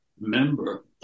member